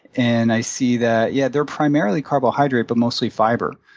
and i see that, yeah, they're primarily carbohydrate but mostly fiber.